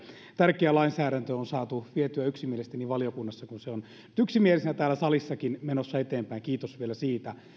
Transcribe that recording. tärkeä lainsäädäntö on saatu vietyä yksimielisesti niin valiokunnassa kuin se on yksimielisenä täällä salissakin menossa eteenpäin kiitos vielä siitä